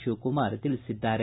ಶಿವಕುಮಾರ ತಿಳಿಸಿದ್ದಾರೆ